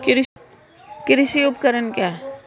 कृषि उपकरण क्या है?